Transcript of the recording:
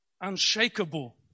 unshakable